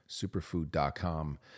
Superfood.com